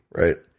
right